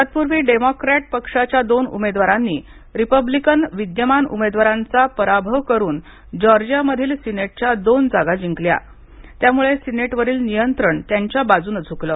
तत्पूर्वी डेमोक्रॅट पक्षाच्या दोन उमेदवारांनी रिपब्लिकन विद्यमान उमेदवारांचा पराभव करुन जॉर्जियामधील सिनेटच्या दोन जागा जिंकल्या त्यामुळे सिनेटवरील नियंत्रण त्यांच्या बाजूने झुकलं